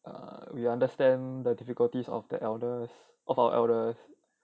err we understand the difficulties of the elders of our elders